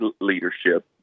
leadership